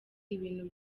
ibintu